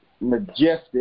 majestic